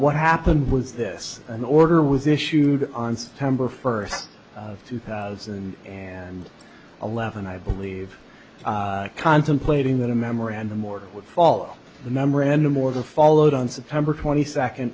what happened was this an order was issued on september first two thousand and eleven i believe contemplating that a memorandum order would follow the memorandum order followed on september twenty second